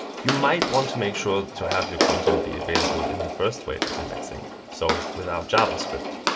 you might want to make sure to have your content be available in the first wave of indexing, so without javascript.